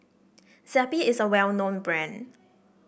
Zappy is a well known brand